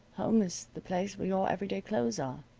home is the place where your everyday clothes are,